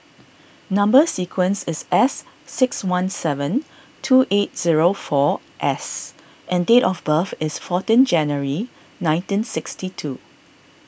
Number Sequence is S six one seven two eight zero four S and date of birth is fourteen January nineteen sixty two